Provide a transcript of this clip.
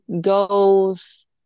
goals